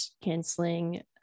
canceling